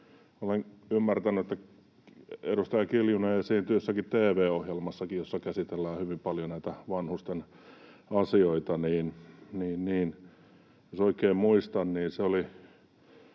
olen ymmärtänyt, että edustaja Kiljunen esiintyi jossakin tv-ohjelmassakin, jossa käsitellään hyvin paljon näitä vanhusten asioita — jos oikein muistan, että se oli